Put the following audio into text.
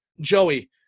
Joey